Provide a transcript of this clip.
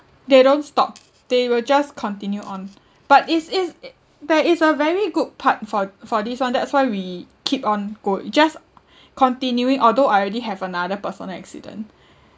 they don't stop they will just continue on but is is there is a very good part for for this one that's why we keep on go just continuing although I already have another personal accident